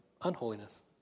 unholiness